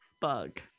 bug